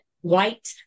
white